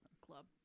Club